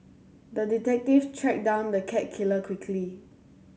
the detective tracked down the cat killer quickly